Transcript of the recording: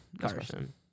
Carson